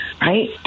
right